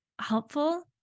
helpful